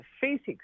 physics